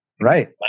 Right